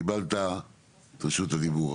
קיבלת את רשות הדיבור,